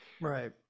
right